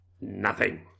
Nothing